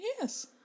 Yes